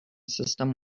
system